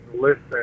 listen